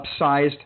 upsized